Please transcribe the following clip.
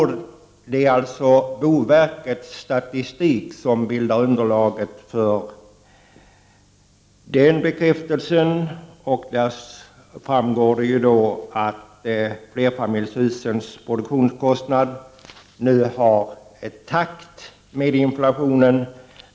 Boverkets statistik bildar underlag för den bekräftelsen. Det framgår därav att utvecklingen av produktionskostnaden för flerfamiljshus nu är i takt med inflationen.